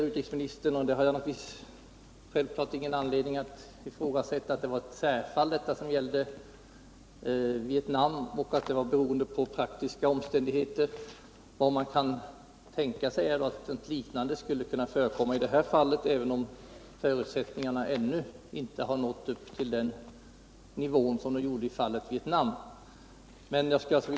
Utrikesministern säger visserligen — och det har jag ingen anledning att ifrågasätta — att den ändring i beteckningen som skedde när det gällde Vietnams representation var ett särfall och att den berodde på praktiska omständigheter, men något liknande borde kunna förekomma också i detta fall, även om de förutsättningar som gällde i fallet Vietnam ännu inte har skapats.